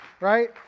right